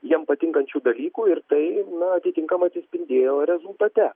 jiem patinkančių dalykų ir tai atitinkamai atsispindėjo rezultate